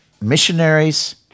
missionaries